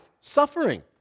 suffering